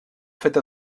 feta